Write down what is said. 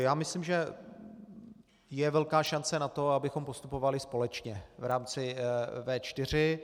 Já myslím, že je velká šance na to, abychom postupovali společně v rámci V4.